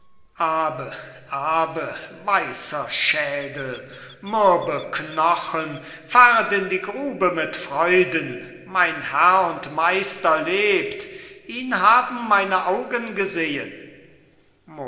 abe weißer schedel mürbe knochen fahret in die grube mit freuden mein herr und meister lebt ihn haben meine augen gesehen